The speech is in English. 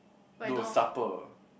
no supper